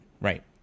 right